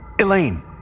Elaine